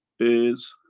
is.